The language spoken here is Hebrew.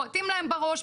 בועטים להם בראש,